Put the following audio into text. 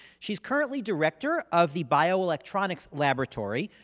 she's currently director of the bio-electronic laboratory.